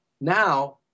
Now